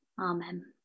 Amen